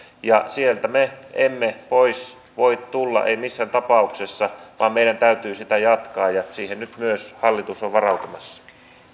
ja sieltä me emme pois voi tulla emme missään tapauksessa vaan meidän täytyy sitä jatkaa ja siihen nyt myös hallitus on varautumassa